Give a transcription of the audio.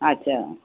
अच्छा